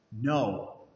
No